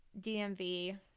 DMV